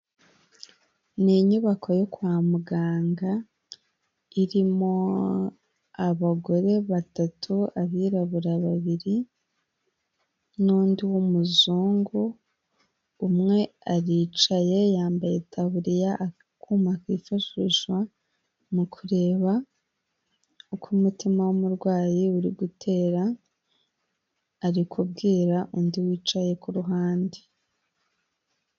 Ni inyubako yo kwa muganga iririmo abagore batatu, abirabura babiri n'undi w'umuzungu. Umwe aricaye yambaye itaburiya afite akuma kifashishwa mu kureba uko umutima w'umurwayi uri gutera, ari kubwira undi wicaye ku ruhande.